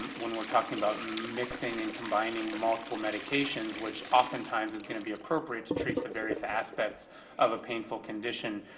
um when we're talking about mixing and combining multiple medications, which oftentimes is going to be appropriate to treat the various aspects of a painful condition,